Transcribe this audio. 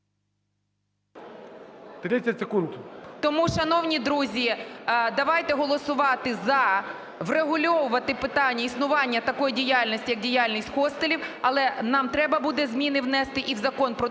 Тому, шановні друзі, давайте голосувати "за", врегульовувати питання існування такої діяльності як діяльність хостелів, але нам треба буде зміни внести і в Закон "Про туризм",